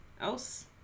else